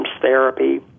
therapy